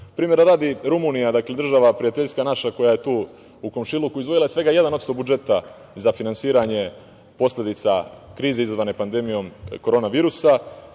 Primera radi, Rumunija, prijateljska država koja je tu u komšiluku izdvojila je svega 1% budžeta za finansiranje posledica krize izazvane pandemijom Korona virusa.